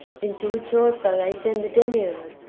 into which also they send the demiurge?